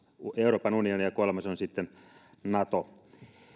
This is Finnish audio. euroopan unioni ja kolmas on sitten nato